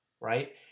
right